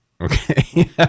Okay